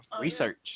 Research